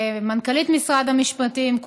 מנכ"לית משרד המשפטים,